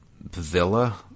villa